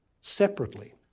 separately